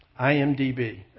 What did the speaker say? IMDB